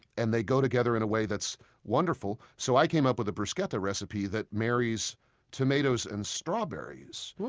and they go together in a way that's wonderful so i came up with a bruschetta recipe that marries tomatoes and strawberries.